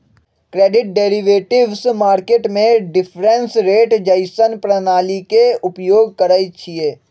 credit derivatives market में difference rate जइसन्न प्रणालीइये के उपयोग करइछिए